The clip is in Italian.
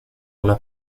una